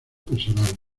personales